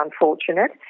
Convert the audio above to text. unfortunate